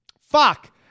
Fuck